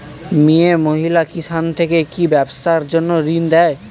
মিয়ে মহিলা কিষান থেকে কি ব্যবসার জন্য ঋন দেয়?